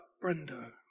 Brenda